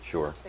Sure